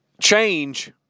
change